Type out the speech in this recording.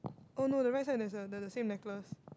oh no the right side there's a the the same necklace